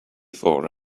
for